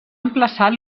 emplaçat